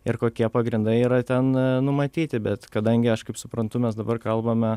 ir kokie pagrindai yra ten numatyti bet kadangi aš kaip suprantu mes dabar kalbame